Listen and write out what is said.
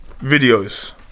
videos